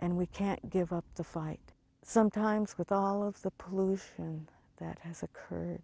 and we can't give up the fight sometimes with all of the pollution that has occurred